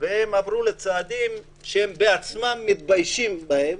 והם עברו לצעדים שהם בעצמם מתביישים בהם,